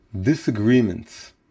disagreements